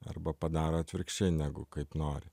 arba padaro atvirkščiai negu kaip nori